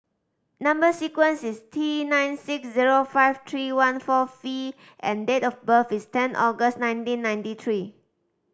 number sequence is T nine six zero five three one four V and date of birth is ten August nineteen ninety three